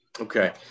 Okay